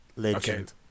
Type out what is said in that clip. Legend